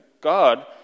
God